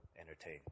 entertain